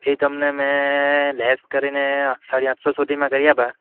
પછી તમને મેં લેસ કરીને સાડી આઠસો સુધીમાં કરી આપીશ